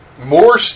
More